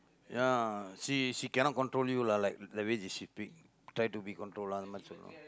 ya she she cannot control you lah like like the way she try to be in control lah அந்த மாதிரி சொல்லனும்:andtha maathiri sollanum